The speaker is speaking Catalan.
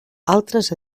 altres